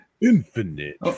Infinite